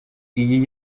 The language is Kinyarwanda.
iyi